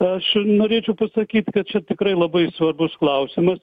aš norėčiau pasakyt kad čia tikrai labai svarbus klausimas